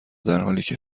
درحالیکه